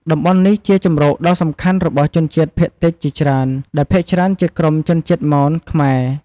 តំបន់នេះជាជម្រកដ៏សំខាន់របស់ជនជាតិភាគតិចជាច្រើន ដែលភាគច្រើនជាក្រុមជនជាតិមន-ខ្មែរ។